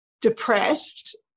depressed